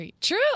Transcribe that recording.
True